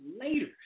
later